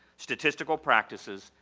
statistical practices,